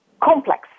complex